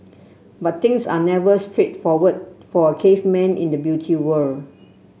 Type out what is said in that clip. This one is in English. but things are never straightforward for a caveman in the Beauty World